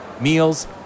meals